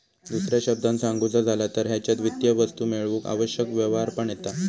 दुसऱ्या शब्दांत सांगुचा झाला तर हेच्यात वित्तीय वस्तू मेळवूक आवश्यक व्यवहार पण येता